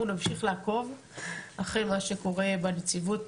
אנחנו נמשיך לעקוב אחרי מה שקורה בנציבות